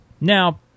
Now